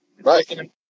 right